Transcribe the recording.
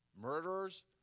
murderers